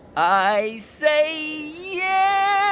i say yeah